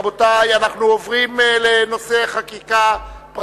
רבותי, אנחנו ממשיכים בסדר-היום.